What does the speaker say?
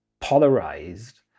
polarized